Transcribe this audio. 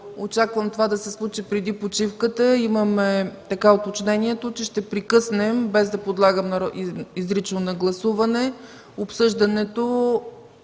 очаквам това да се случи преди почивката, имаме уточнението, че ще прекъснем, без да подлагам изрично на гласуване, обсъждането